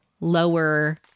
lower